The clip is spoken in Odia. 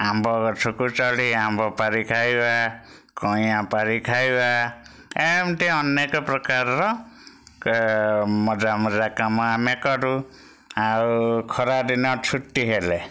ଆମ୍ବ ଗଛକୁ ଚଢ଼ି ଆମ୍ବ ପାରି ଖାଇବା କଇଁଆ ପାରି ଖାଇବା ଏମତି ଅନେକ ପ୍ରକାରର ମଜା ମଜା କାମ ଆମେ କରୁ ଆଉ ଖରାଦିନ ଛୁଟି ହେଲେ